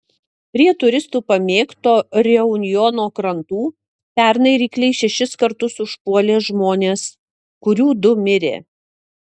prie turistų pamėgto reunjono krantų pernai rykliai šešis kartus užpuolė žmones kurių du mirė